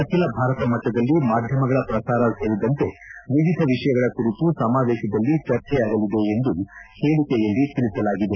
ಅಖಿಲ ಭಾರತ ಮಟ್ಟದಲ್ಲಿ ಮಾಧ್ಯಮಗಳ ಪ್ರಸಾರ ಸೇರಿದಂತೆ ವಿವಿಧ ವಿಷಯಗಳ ಕುರಿತು ಸಮಾವೇತದಲ್ಲಿ ಚರ್ಜೆಯಾಗಲಿದೆ ಎಂದು ಹೇಳಿಕೆಯಲ್ಲಿ ತಿಳಿಸಲಾಗಿದೆ